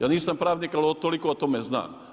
Ja nisam pravnik, ali toliko o tome znam.